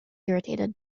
irritated